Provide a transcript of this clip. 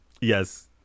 Yes